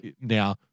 Now